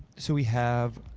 so we have.